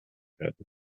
werden